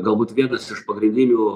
galbūt vienas iš pagrindinių